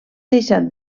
deixat